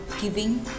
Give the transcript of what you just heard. giving